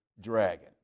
dragon